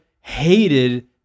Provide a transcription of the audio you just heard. hated